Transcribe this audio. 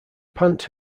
pant